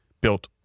built